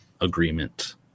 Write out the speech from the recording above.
agreement